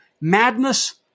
madness